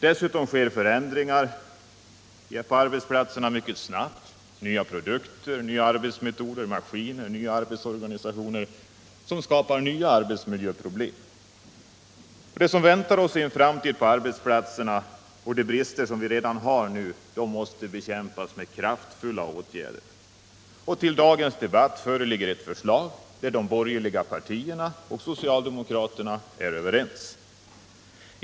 Dessutom sker förändringarna på arbetsplatserna mycket snabbt. Nya produkter, nya arbetsmetoder, maskiner och nya arbetsorganisationer skapar nya arbetsmiljöproblem. Det som väntar oss i en framtid på arbetsplatserna och de brister som finns redan nu måste bekämpas med kraftfulla åtgärder. Till dagens debatt föreligger ett förslag där de borgerliga partierna och socialdemokraterna är överens.